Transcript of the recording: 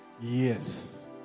Yes